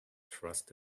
trust